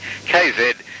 KZ